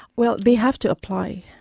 well, they have to apply.